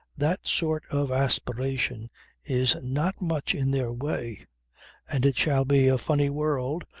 that sort of aspiration is not much in their way and it shall be a funny world,